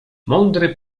mądry